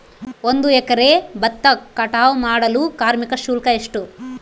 ಒಂದು ಎಕರೆ ಭತ್ತ ಕಟಾವ್ ಮಾಡಲು ಕಾರ್ಮಿಕ ಶುಲ್ಕ ಎಷ್ಟು?